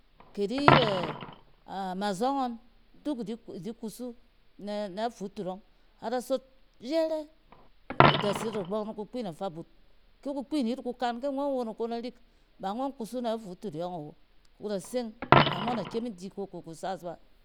Ke idi yet amazↄng ngↄn, duk idi kusu nɛ-nɛ futut ↄng, ada sot jɛrɛ ida se dagbↄng ni kukpin afabut ki kukpin yet kukan ke ngↄn iko na rik, ba ngↄn kusu na futut e yↄng awo ku da seng ba ngↄn da kyem idi ko kiku sas ba.